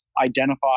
identify